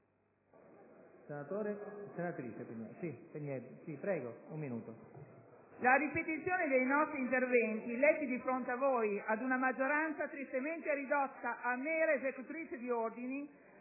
La ripetizione dei nostri interventi letti di fronte a voi, ad una maggioranza tristemente ridotta a mera esecutrice di ordini,